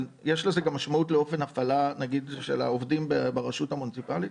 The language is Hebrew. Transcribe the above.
אבל יש לזה גם משמעות לאופן ההפעלה של העובדים ברשות המוניציפלית?